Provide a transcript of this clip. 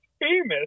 famous